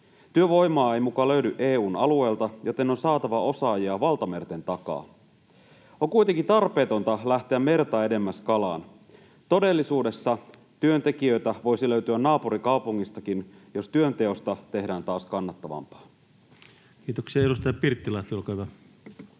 Työvoimaa ei muka löydy EU:n alueelta, joten on saatava osaajia valtamerten takaa. On kuitenkin tarpeetonta lähteä merta edemmäs kalaan. Todellisuudessa työntekijöitä voisi löytyä naapurikaupungistakin, jos työnteosta tehdään taas kannattavampaa. Kiitoksia. — Edustaja Pirttilahti,